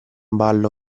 ballo